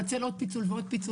למה לפצל עוד פיצול ועוד פיצול?